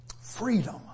freedom